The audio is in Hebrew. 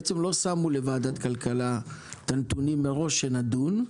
למעשה לא נתנו מראש לוועדת הכלכלה את הנתונים כדי שנדון.